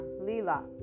Lila